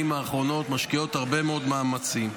האחרונות משקיעות בכך הרבה מאוד מאמצים.